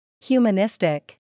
Humanistic